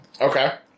okay